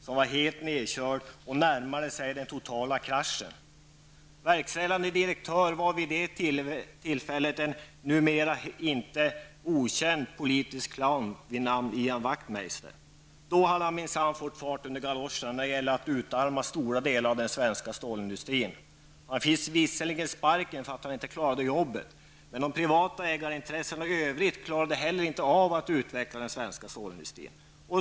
Den var helt nerkörd och närmade sig den totala kraschen. Verkställande direktör var vid det tillfället en numera icke okänd politisk clown vid namn Ian Wachtmeister. Han hade minsann då fått fart under galoscherna när det gällde att utarma stora delar av den svenska stålindustrin. Visserligen fick han sparken för att han inte klarade jobbet, men de privata ägarintressena i övrigt klarade inte heller av att utveckla den svenska stålindustrin.